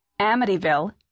Amityville